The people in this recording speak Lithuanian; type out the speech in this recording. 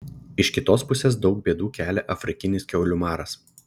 iš kitos pusės daug bėdų kelia afrikinis kiaulių maras